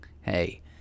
Hey